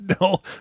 No